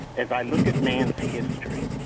as i look at man's history,